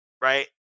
right